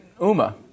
Uma